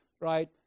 right